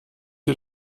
ihr